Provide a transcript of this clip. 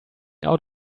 out